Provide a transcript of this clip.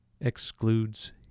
excludes